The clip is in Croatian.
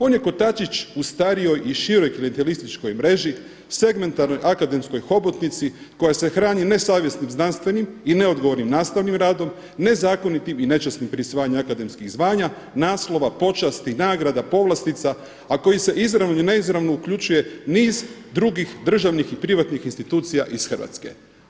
On je kotačić u starijoj i široj klijentelističkoj mreži, segmentarnoj akademskoj hobotnici koja se hrani nesavjesnim znanstvenim i neodgovornim nastavnim radom, nezakonitim i nečasnim prisvajanjem akademskih zvanja, naslova, počasti, nagrada, povlastica, a koji se izravno i neizravno uključuje niz drugih državnih i privatnih institucija iz Hrvatske.